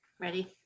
Ready